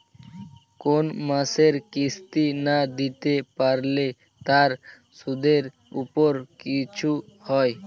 কোন মাসের কিস্তি না দিতে পারলে তার সুদের উপর কিছু হয়?